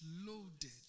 loaded